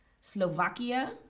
Slovakia